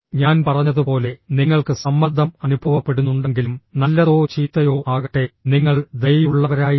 ഞാൻ പറഞ്ഞതുപോലെ നിങ്ങൾക്ക് സമ്മർദ്ദം അനുഭവപ്പെടുന്നുണ്ടെങ്കിലും നല്ലതോ ചീത്തയോ ആകട്ടെ നിങ്ങൾ ദയയുള്ളവരായിരിക്കും